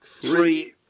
three